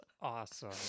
awesome